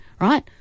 right